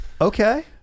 okay